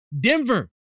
Denver